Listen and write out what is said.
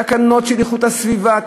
תקנות של איכות הסביבה,